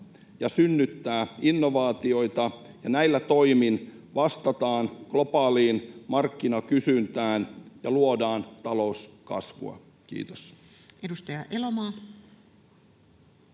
ja synnyttää innovaatioita, ja näillä toimin vastataan globaaliin markkinakysyntään ja luodaan talouskasvua. — Kiitos. Edustaja Elomaa.